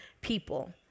people